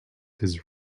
his